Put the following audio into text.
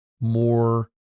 more